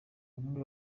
bamwe